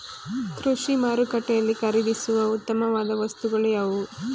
ಕೃಷಿ ಮಾರುಕಟ್ಟೆಯಲ್ಲಿ ಖರೀದಿಸುವ ಉತ್ತಮವಾದ ವಸ್ತುಗಳು ಯಾವುವು?